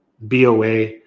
BOA